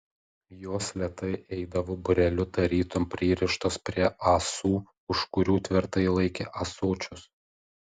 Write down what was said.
jos lėtai eidavo būreliu tarytum pririštos prie ąsų už kurių tvirtai laikė ąsočius